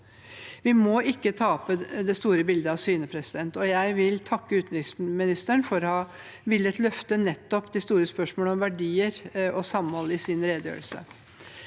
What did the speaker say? Vi må ikke tape det store bildet av syne, og jeg vil takke utenriksministeren for å ha villet løfte nettopp de store spørsmål om verdier og samhold i sin redegjørelse.